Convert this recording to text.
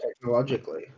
technologically